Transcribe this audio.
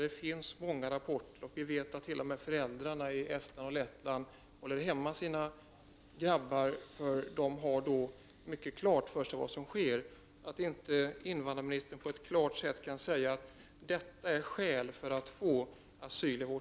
Det finns många rapporter, och vi vet t.o.m. att föräldrar i Estland och Lettland håller hemma sina grabbar eftersom de har mycket klart för sig vad som sker.